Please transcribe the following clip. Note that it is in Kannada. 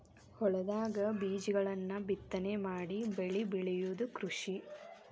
ಹೊಲದಾಗ ಬೇಜಗಳನ್ನ ಬಿತ್ತನೆ ಮಾಡಿ ಬೆಳಿ ಬೆಳಿಯುದ ಕೃಷಿ